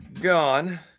gone